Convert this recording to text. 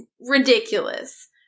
Ridiculous